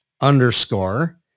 underscore